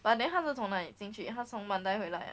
but then 他是从哪里进去的他从 mandai 回来 ah